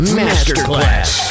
masterclass